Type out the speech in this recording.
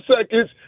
seconds